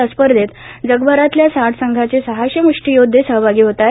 या स्पर्धेत जगभरातल्या साठ संघांचे सहाशे मुष्टीयोद्धे सहभागी होत आहेत